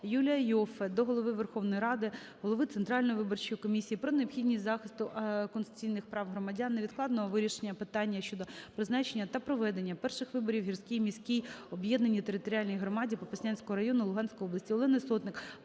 Юлія Іоффе до Голови Верховної Ради, голови Центральної виборчої комісії про необхідність захисту конституційних прав громадян, невідкладного вирішення питання щодо призначення та проведення перших виборів в Гірській міській об'єднаній територіальній громаді Попаснянського району Луганської області.